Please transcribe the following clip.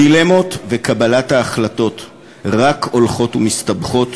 הדילמות וקבלת ההחלטות רק הולכות ומסתבכות,